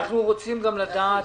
אנחנו רוצים לדעת,